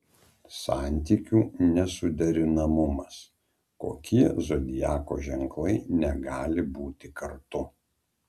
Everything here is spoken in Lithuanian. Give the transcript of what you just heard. santykių nesuderinamumas kokie zodiako ženklai negali būti kartu